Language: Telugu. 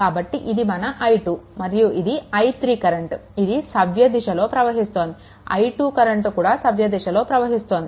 కాబట్టి ఇది మన i2 మరియు ఇది i3 కరెంట్ ఇది సవ్య దిశలో ప్రవహిస్తోంది i2 కరెంట్ కూడా సవ్య దిశలో ప్రవహిస్తోంది